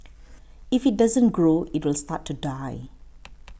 if it doesn't grow it will start to die